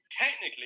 technically